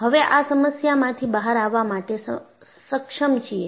હવે આ સમસ્યામાંથી બહાર આવવા માટે સક્ષમ છીએ